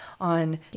on